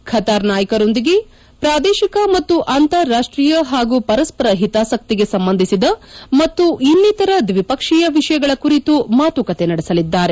Qatar ನಾಯಕರೊಂದಿಗೆ ಪ್ರಾದೇಶಿಕ ಮತ್ತು ಅಂತಾರಾಷ್ಟೀಯ ಪಾಗೂ ಪರಸ್ಪರ ಹಿತಾಸಕ್ತಿಗೆ ಸಂಬಂಧಿಸಿದ ಮತ್ತು ಇನ್ನಿತರ ದ್ವಿಪಕ್ಷೀಯ ವಿಷಯಗಳ ಕುರಿತು ಮಾತುಕತೆ ನಡೆಸಲಿದ್ದಾರೆ